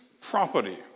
property